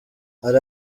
hari